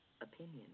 Opinion